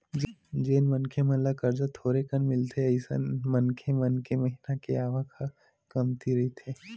जेन मनखे मन ल करजा थोरेकन मिलथे अइसन मनखे मन के महिना के आवक ह कमती रहिथे